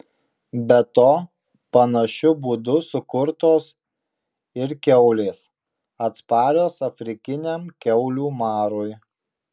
be to panašiu būdu sukurtos ir kiaulės atsparios afrikiniam kiaulių marui